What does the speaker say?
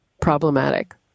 problematic